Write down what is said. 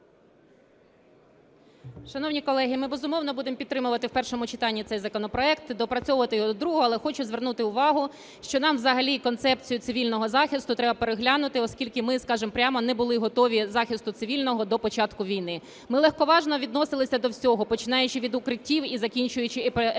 Шановні колеги, ми, безумовно, будемо підтримувати в першому читанні цей законопроект, доопрацьовувати його до другого. Але хочу звернути увагу, що нам взагалі концепцію цивільного захисту треба переглянути, оскільки ми, скажемо прямо, не були готові до захисту цивільного до початку війни. Ми легковажно відносилися до всього, починаючи від укриттів і закінчуючи евакуацією